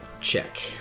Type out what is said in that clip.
check